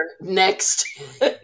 next